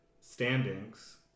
standings